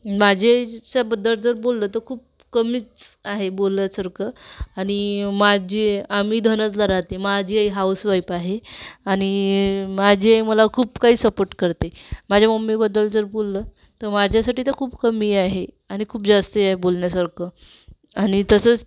माझे बद्दल जर बोललं तर खूप कमीच आहे बोललंसरखं आणि माझे आम्ही धनजला राहते माझी आई हाऊसवाइफ आहे आणि माझी आई मला खूप काही सपोर्ट करते माझ्या मम्मीबद्दल जर बोललं तर माझ्यासाठी तर खूप कमी आहे आणि खूप जास्तही आहे बोलण्यासारखं आणि तसंच